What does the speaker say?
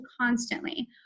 constantly